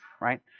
Right